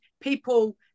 people